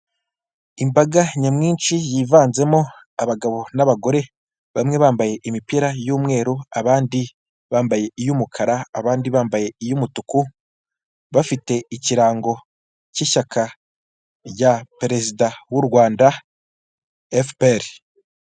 Imbaga nyamwinshi yivanzemo abagabo n'abagore bamwe bambaye imipira y'umweru abandi bambaye iy'umukara abandi bambaye iy'umutuku, bafite ikirango cy'ishyaka rya perezida w'u Rwanda efuperi.